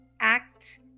Act